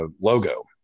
logo